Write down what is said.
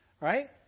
right